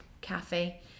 cafe